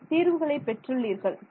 நீங்கள் தீர்வுகளை பெற்றுள்ளீர்கள்